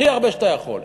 הכי הרבה שאתה יכול.